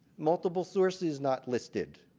multiple sources not listed.